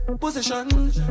position